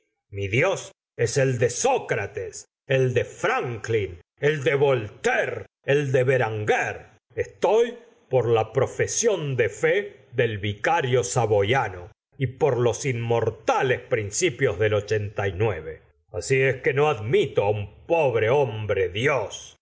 mi dios es el de sócrates el de franklin el de voltaire el de beranger estoy por la profesión de fe del vicario saboyano y por los inmortales principios del así es que no admito un pobre hombre dios